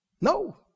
No